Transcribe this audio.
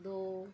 ਦੋ